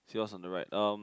she was on the right um